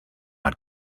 not